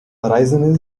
horizon